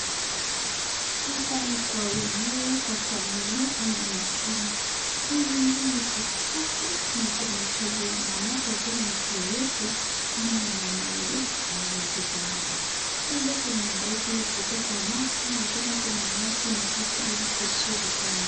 Hapa ni kwa wenyewe kwa familia ama ni shule. Hii nyumba ni kusafi na kumetulia manake hakuna mtu yeyote ama mnyama yeyote anayepita hapa. Pale kuna paipu ya kubeba maji na tena kuna nyasi imekatwa ni kuzuri sana.